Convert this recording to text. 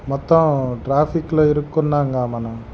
మొత్తం ట్రాఫిక్లో ఇరుక్కున్నాంగా మనం